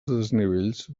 desnivells